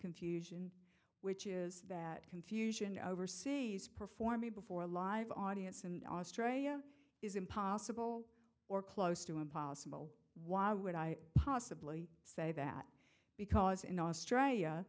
confusion which is that confusion over c s performing before a live audience in australia is impossible or close to impossible why would i possibly say that because in australia